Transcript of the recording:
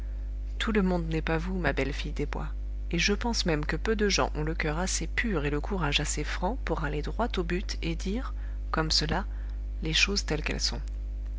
tout le monde n'est pas vous ma belle fille des bois et je pense même que peu de gens ont le coeur assez pur et le courage assez franc pour aller droit au but et dire comme cela les choses telles qu'elles sont